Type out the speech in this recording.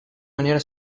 maniera